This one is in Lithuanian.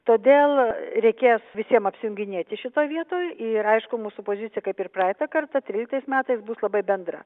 todėl reikės visiem apsijunginėti šitoj vietoj ir aišku mūsų pozicija kaip ir praeitą kartą tryliktais metais bus labai bendra